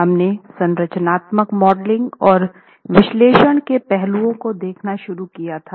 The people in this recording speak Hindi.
हमने संरचनात्मक मॉडलिंग और विश्लेषण के पहलू को देखना शुरू किया था